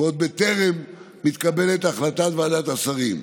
ועוד בטרם מתקבלת החלטת ועדת השרים,